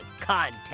content